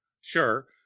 Sure